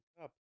Cup